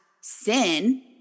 sin